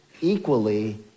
equally